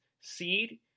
seed